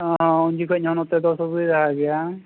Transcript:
ᱩᱱ ᱡᱚᱠᱷᱚᱡ ᱦᱚᱸ ᱱᱚᱛᱮ ᱫᱚ ᱥᱩᱵᱤᱫᱷᱟ ᱜᱮᱭᱟ